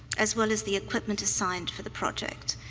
as well as the equipment assigned for the project.